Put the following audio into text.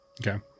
Okay